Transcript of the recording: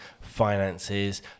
finances